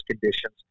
conditions